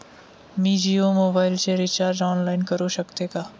मी जियो मोबाइलचे recharge online करू शकते का?